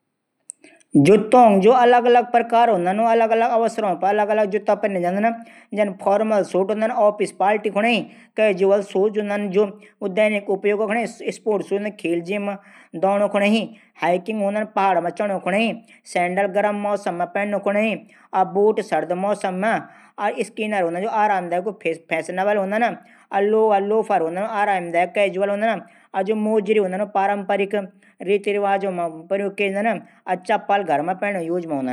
जूतों जू अलग अलग प्रकार हूंदा अलग अलग अवसरों पर अलग अलग जूता पैरे जांदन। फोरमल सूज हूदन। औफिस पार्टी कुनै कि। कैजुअल सूज हूदन दैनिक उपयोग कुणे कि। स्पोर्ट सूज हूदन। खेल जिम कुणे दौणू कू। हाइकिंक सूज पहाड मा चडूं कू। सैंडल गर्म मौसम मा पहनू कू। बूट सर्दी मौसम मा। स्वीनर सूज फैशन कू। लोअर लोफर हूदन। आरामदायक हूदन। मोजरी सूज पारम्परिक रीत रिवाज म पहने जांदा न।